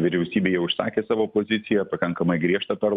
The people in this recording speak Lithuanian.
vyriausybė jau išsakė savo poziciją pakankamai griežtą per